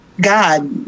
God